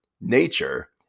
nature